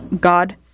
God